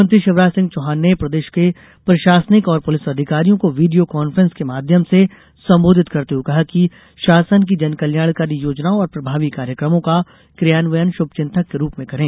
मुख्यमंत्री शिवराज सिंह चौहान ने प्रदेश के प्रशासनिक और पुलिस अधिकारियों को वीडियोँ कांफ्रेस के माध्यम से संबोधित करते हुए कहा कि शासन की जन कल्याणकारी योजनाओं और प्रभावी कार्यक्रमों का क्रियान्वयन शुभचिंतक के रूप में करें